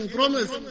promise